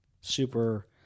super